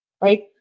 right